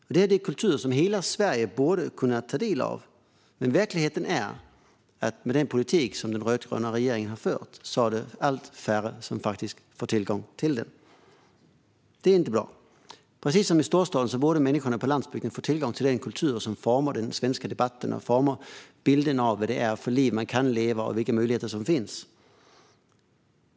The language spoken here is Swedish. Det här är en kultur som hela Sverige borde kunna ta del av. Men verkligheten är att med den politik som den rödgröna regeringen har fört är det allt färre som faktiskt får tillgång till den. Det är inte bra. Precis som i storstaden borde människorna på landsbygden få tillgång till den kultur som formar den svenska debatten och bilden av vad det är för liv man kan leva och vilka möjligheter som finns.